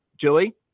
Julie